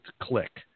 click